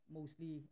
mostly